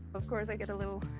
of course, i get a little.